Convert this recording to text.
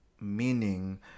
meaning